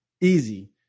Easy